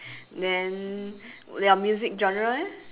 then your music genre eh